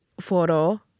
photo